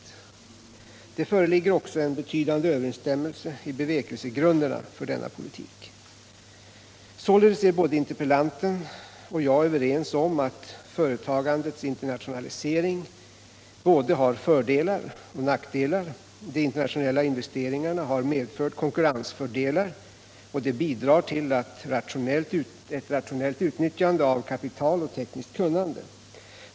Det föreligger också en betydande 127 överensstämmelse i bevekelsegrunderna för denna politik. Således är interpellanten och jag överens om att företagandets internationalisering har både fördelar och nackdelar. De internationella investeringarna har medfört konkurrensfördelar och de bidrar till ett rationellt utnyttjande av kapital och tekniskt kunnande.